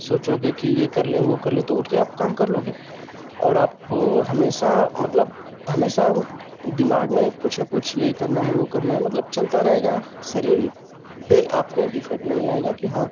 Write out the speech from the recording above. सोचोगे कि यह कर लें वह कर लें तो उठकर आप काम कर लोगे और आप हमेशा मतलब हमेशा दिमाग़ में कुछ न कुछ यह करना है वह करना है मतलब चलता रहेगा शरीर पर आपके डिफ़ेक्ट नहीं आएगा कि हाँ